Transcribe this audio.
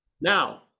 Now